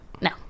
No